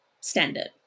standard